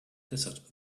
desert